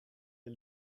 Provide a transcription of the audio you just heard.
est